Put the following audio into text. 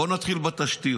בואו נתחיל בתשתיות.